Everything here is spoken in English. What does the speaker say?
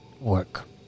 work